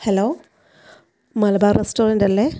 hello Malabar റെസ്റ്റോറൻറ്റല്ലേ